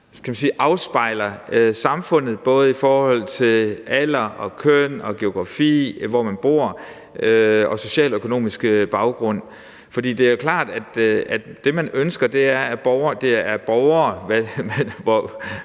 afspejler samfundet både i forhold til alder, køn, geografi, hvor man bor og socialøkonomiske baggrund. Det er klart, at det, man ønsker, er, at det er